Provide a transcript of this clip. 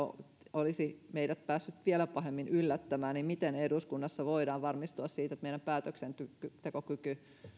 olisi meidät päässyt vielä pahemmin yllättämään ja miten eduskunnassa voidaan varmistua siitä että meidän päätöksentekokyky